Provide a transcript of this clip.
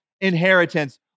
inheritance